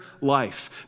life